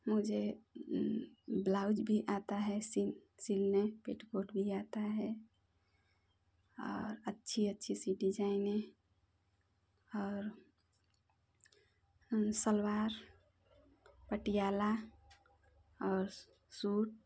मुझे ब्लाउज भी आता है सिल सिलने पेटीकोट भी आता है और अच्छी अच्छी सी डिजाइनें और सलवार पटियाला और सूट